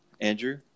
Andrew